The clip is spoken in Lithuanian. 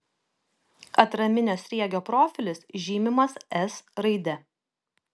atraminio sriegio profilis žymimas s raide